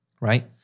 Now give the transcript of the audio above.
right